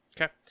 Okay